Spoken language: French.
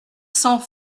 cents